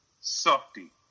softy